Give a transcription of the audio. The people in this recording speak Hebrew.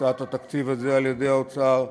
הקצאת התקציב הזה על-ידי האוצר,